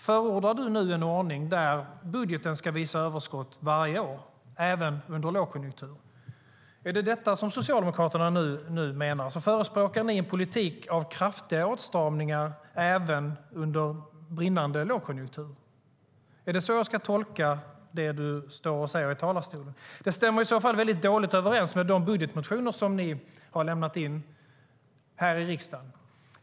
Förordar hon en ordning där budgeten ska visa överskott varje år, även under lågkonjunktur? Är det detta Socialdemokraterna menar? Förespråkar ni en politik med kraftiga åtstramningar även under brinnande lågkonjunktur? Är det så jag ska tolka det Eva-Lena Jansson säger i talarstolen? Det stämmer i så fall dåligt överens med den budgetmotion ni har lämnat in i riksdagen.